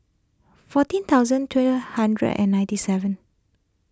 fourteen thousand hundred and ninety seven